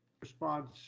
response